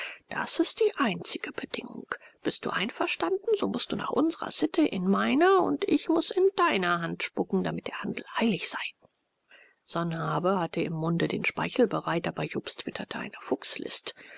das ist die einzige bedingung bist du einverstanden so mußt du nach unsrer sitte in meine und ich muß in deine hand spucken damit der handel heilig sei sanhabe hatte im munde den speichel bereit aber jobst witterte eine fuchslist